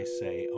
say